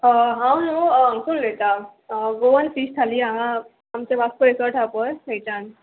हांव न्हू अंकूर उलयतां गोवन फीश थाली हांगा आमचे वास्को रेसोर्ट आसा पळय थंयच्यान